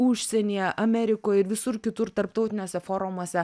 užsienyje amerikoj ir visur kitur tarptautiniuose forumuose